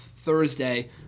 Thursday